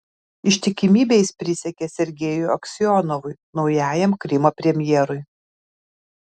ištikimybę jis prisiekė sergejui aksionovui naujajam krymo premjerui